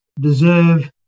deserve